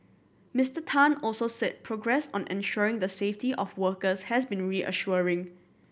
Mister Tan also said progress on ensuring the safety of workers has been reassuring